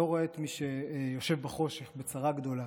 לא רואה את מי שיושב בחושך, בצרה גדולה.